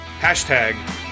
hashtag